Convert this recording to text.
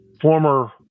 former